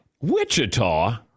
Wichita